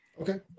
okay